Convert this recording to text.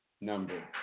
number